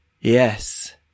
Yes